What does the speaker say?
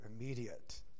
immediate